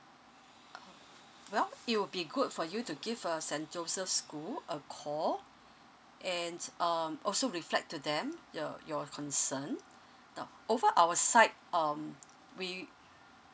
well it will be good for you to give uh saint joseph school a call and um also reflect to them your your concern now over our side um we